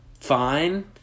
fine